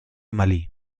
malí